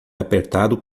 apertado